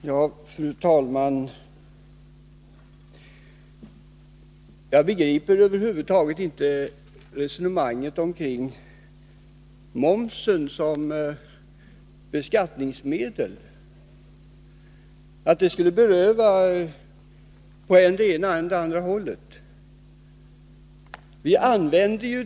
Fru talman! Jag begriper över huvud taget inte resonemanget om att momsen som beskattningsmedel skulle beröva än den ene, än den andre pengar.